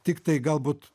tiktai galbūt